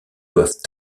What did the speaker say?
doivent